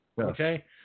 okay